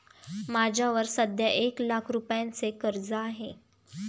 माझ्यावर सध्या एक लाख रुपयांचे कर्ज आहे